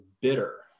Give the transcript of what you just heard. bitter